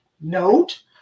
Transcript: note